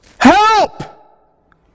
Help